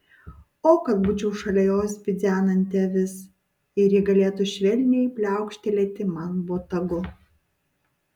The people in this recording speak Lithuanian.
o kad būčiau šalia jos bidzenanti avis ir ji galėtų švelniai pliaukštelėti man botagu